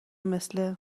مثل